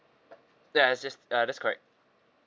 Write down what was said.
yes just ah that's correct